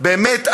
באמת,